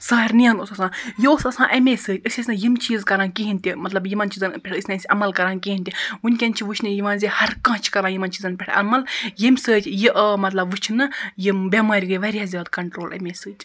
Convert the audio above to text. سارِنٕے اوس آسان یہِ اوس آسان أمے سۭتۍ أسۍ ٲسۍ نہٕ یِم چیٖز کران کِہینۍ تہِ مطلب یِمَن چیزَن پٮ۪ٹھ ٲسۍ نہٕ أسۍ عمل کران کِہینۍ تہِ وٕنکٮ۪ن چھِ وُچھنہٕ یِوان زِ ہر کانٛہہ چھِ کران یِمَن چیزَن پٮ۪ٹھ عمل ییٚمہِ سۭتۍ یہِ آو مطلب وُچھنہٕ یِم بٮ۪مار گٔے واریاہ زیادٕ کَنٛٹرول أمے سۭتۍ